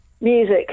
Music